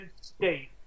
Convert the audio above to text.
state